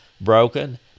broken